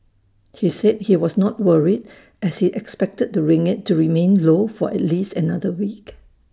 he said he was not worried as he expected the ringgit to remain low for at least another week